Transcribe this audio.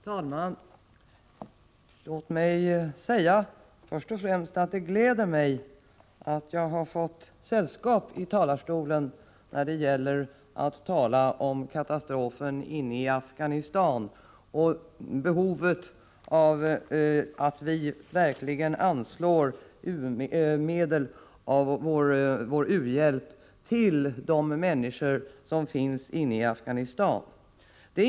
Herr talman! Låt mig först och främst säga att det gläder mig att jag har fått sällskap i talarstolen när det gäller att tala om katastrofsituationen inne i Afghanistan och om behovet av att verkligen anslå medel av vår u-hjälp till de människor som finns inne i Afghanistan.